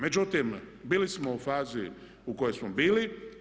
Međutim, bili smo u fazi u kojoj smo bili.